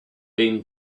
been